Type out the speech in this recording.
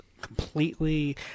completely